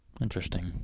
Interesting